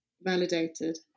validated